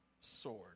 sword